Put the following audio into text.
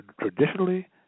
traditionally